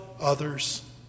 others